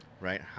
right